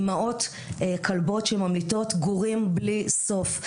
אימהות כלבות שממליטות גורים בלי סוף,